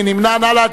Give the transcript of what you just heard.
מי נמנע?